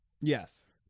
Yes